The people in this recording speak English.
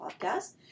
podcast